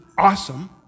Awesome